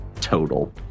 total